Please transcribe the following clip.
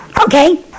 Okay